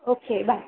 okay bye